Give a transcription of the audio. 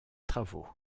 travaux